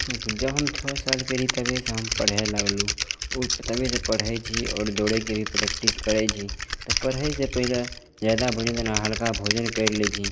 कि छै जब हम छओ सालके रहिए तभिएसे हम पढ़ै लागलहुँ तभिएसे पढ़ै छिए आओर दौड़ैके भी प्रैक्टिस करै छी तऽ पढ़ैसे पहिले जादा भोजन जेना हल्का भोजन करि लै छी